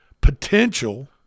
potential